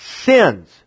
sins